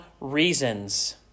reasons